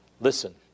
Listen